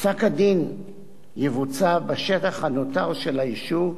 פסק-הדין יבוצע בשטח הנותר של היישוב,